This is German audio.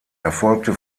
erfolgte